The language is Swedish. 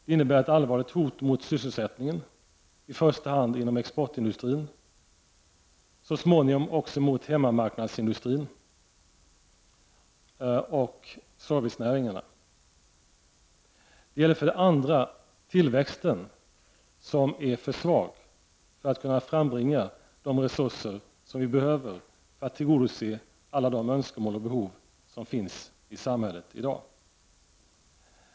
Den innebär ett allvarligt hot mot sysselsättningen, i första hand inom exportindustrin men så småningom också mot hemmamarknadsindustrin och servicenäringarna. Det gäller, för det andra, tillväxten som är för svag för att kunna frambringa de resurser som vi behöver för att tillgodose alla de önskemål och behov som finns i samhället i dag.